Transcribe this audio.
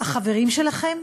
החברים שלכם,